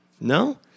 No